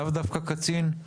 לא דווקא קצין.